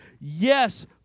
Yes